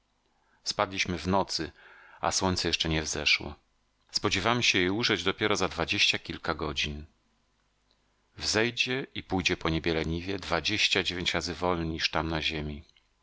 spadliśmy w nocy a słońce jeszcze nie wzeszło spodziewamy się je ujrzeć dopiero za dwadzieścia kilka godzin wzejdzie i pójdzie po niebie leniwie dwadzieścia dziewięć razy wolniej niż tam na ziemi